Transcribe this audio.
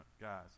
guys